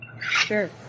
Sure